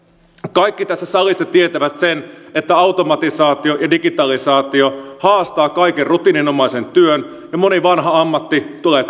kaikki tässä salissa tietävät sen että automatisaatio ja digitalisaatio haastavat kaiken rutiininomaisen työn ja moni vanha ammatti tulee